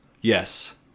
yes